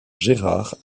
gérard